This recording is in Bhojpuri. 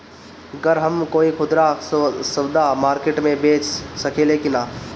गर हम कोई खुदरा सवदा मारकेट मे बेच सखेला कि न?